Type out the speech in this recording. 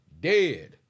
Dead